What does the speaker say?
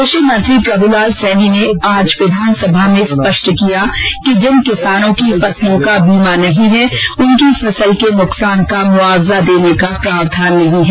कृषि मंत्री प्रभुलाल सैनी ने आज विधानसभा में स्पष्ट किया कि जिन किसानों की फसलों का बीमा नहीं है उनकी फसल के नुकसान का मुआवजा देने का प्रावधान नहीं है